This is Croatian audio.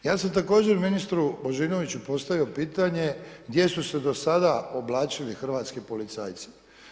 Ja sam također ministru Božinoviću postavio pitanje gdje su se do sada oblačili hrvatski policajci.